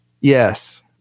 Yes